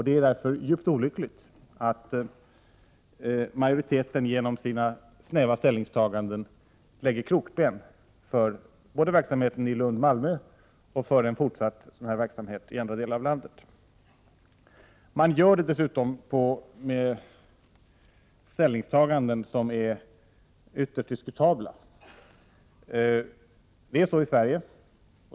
Det är därför djupt olyckligt att utskottsmajoriteten genom sina snäva ställningstaganden lägger krokben både för verksamheten i Lund och Malmö och för en fortsatt verksamhet av detta slag i andra delar av landet. Utskottsmajoritetens ställningstaganden är dessutom ytterst diskutabla ur en mer konstitutionell synvinkel.